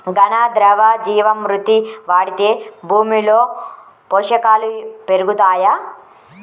ఘన, ద్రవ జీవా మృతి వాడితే భూమిలో పోషకాలు పెరుగుతాయా?